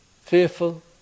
fearful